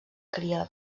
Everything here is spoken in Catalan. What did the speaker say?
cria